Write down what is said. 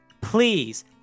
Please